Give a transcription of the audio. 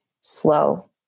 slow